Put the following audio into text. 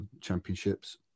Championships